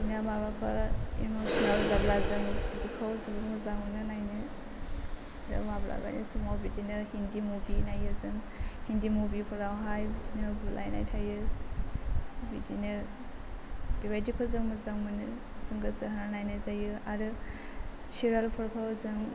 बिदिनो माबाफोर एम'सोनेल जाबा जों बिदिखौ जोबोद मोजां मोनो नायनो आरो माब्लाबानि समाव बिदिनो हिन्दि मुभि नायो जों हिन्दि मुभिफोरावहाय बिदिनो बुलायनाय थायो बिदिनो बेबायदिखौ जों मोजां मोनो जों गोसो होनानै नायनाय जायो आरो सिरियेलफोरखौ जों